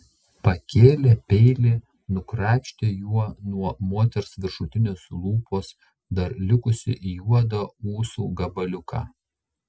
pakėlė peilį nukrapštė juo nuo moters viršutinės lūpos dar likusį juodą ūsų gabaliuką